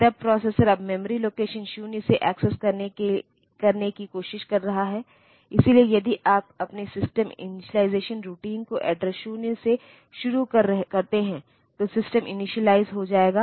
तब प्रोसेसर अब memory location 0 से एक्सेस करने की कोशिश कर रहा है इसलिए यदि आप अपने सिस्टम इनिशियलाइज़ेशन रुटीन को एड्रेस 0 से शुरू करते हैं तो सिस्टम इनिशियलाइज़ हो जाएगा